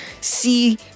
see